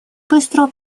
быстрого